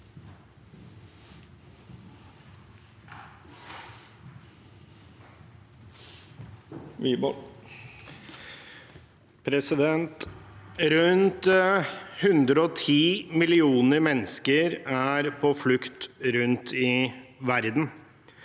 Rundt 110 million- er mennesker er på flukt rundt i verden.